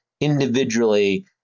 individually